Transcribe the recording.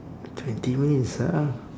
twenty minutes ah